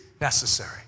necessary